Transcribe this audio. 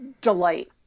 delight